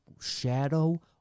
shadow